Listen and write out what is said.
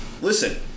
listen